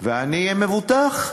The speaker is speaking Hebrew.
ואני אהיה מבוטח.